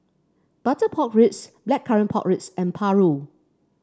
Butter Pork Ribs Blackcurrant Pork Ribs and paru